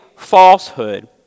Falsehood